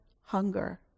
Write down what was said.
hunger